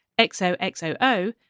XOXOO